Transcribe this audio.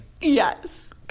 Yes